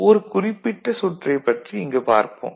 ஒரு குறிப்பிட்ட சுற்றைப் பற்றி இங்கு பார்ப்போம்